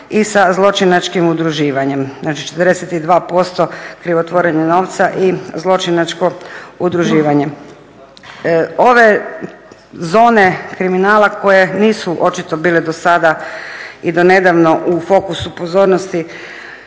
i sa zločinačkim udruživanjem. Znači 42% krivotvorenje novca i zločinačko udruživanje. Ove zone kriminala koje nisu očito bile do sada i do nedavno u fokusu pozornosti